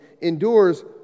endures